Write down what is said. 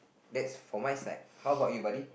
that's for my side how about you buddy